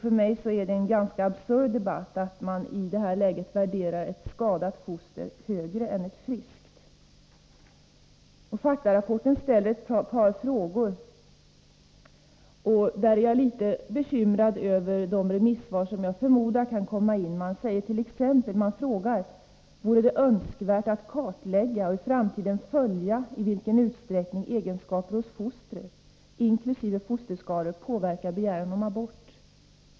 För mig är det en ganska absurd debatt, när man i detta läge värderar ett skadat foster högre än ett friskt. Faktarapporten ställer ett par frågor, och jag är litet bekymrad över de remissvar som jag förmodar kan komma in. Man frågar: Vore det önskvärt att kartlägga och i framtiden följa i vilken utsträckning egenskaper hos fostret inkl. fosterskador påverkar begäran om abort?